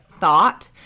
thought